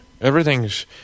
everything's